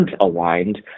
aligned